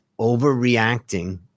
overreacting